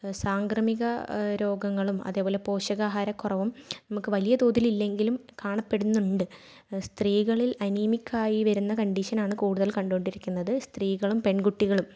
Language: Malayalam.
സാംക്രമിക രോഗങ്ങളും അതേപോലെ പോഷകാഹാരക്കുറവും നമുക്ക് വലിയ തോതിൽ ഇല്ലെങ്കിലും കാണപ്പെടുന്നുണ്ട് സ്ത്രീകളിൽ അനീമിക്കായി വരുന്ന കണ്ടിഷനാണ് കൂടുതൽ കണ്ടുകൊണ്ടിരിക്കുന്നത് സ്ത്രീകളും പെൺകുട്ടികളും